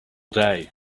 day